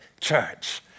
Church